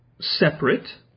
separate